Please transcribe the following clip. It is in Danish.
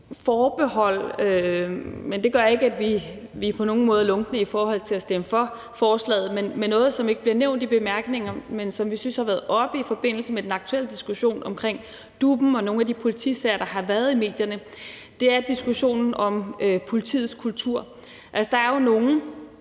forbehold er, selv om det ikke gør, at vi på nogen måde er lunkne i forhold til at stemme for forslaget, at der er noget, som ikke bliver nævnt i bemærkningerne, men som vi synes har været oppe i forbindelse med den aktuelle diskussion omkring DUP'en og nogle af de politisager, der har været i medierne, og det er diskussionen om politiets kultur. Altså, vores store